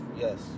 Yes